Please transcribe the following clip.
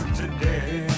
today